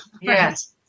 Yes